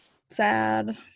sad